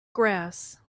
grass